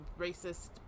racist